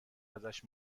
ازش